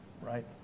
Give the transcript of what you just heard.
Right